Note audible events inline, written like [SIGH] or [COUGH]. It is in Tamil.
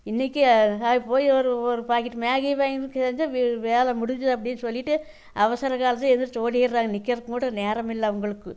இன்னிக்கு [UNINTELLIGIBLE] போய் ஒரு ஒரு பாக்கெட்டு மேகி வாங்கிட்டு செஞ்சால் வி வேலை முடிஞ்சுது அப்படின் சொல்லிவிட்டு அவசர காலத்தில் ஏதும் சோலியிடறாங்க நிக்கிறதுக்கூட நேரம் இல்லை அவங்களுக்கு